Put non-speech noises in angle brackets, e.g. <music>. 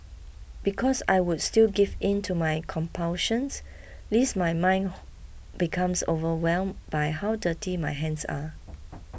because I would still give in to my compulsions lest my mind <hesitation> becomes overwhelmed by how dirty my hands are